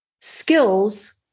Skills